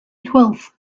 twelfth